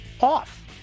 off